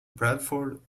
bradford